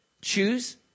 choose